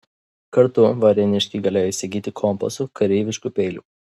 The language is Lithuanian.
kartu varėniškiai galėjo įsigyti kompasų kareiviškų peilių